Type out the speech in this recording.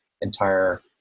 entire